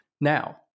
Now